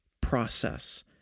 process